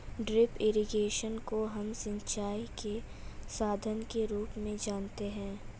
drip irrigation को हम सिंचाई के साधन के रूप में जानते है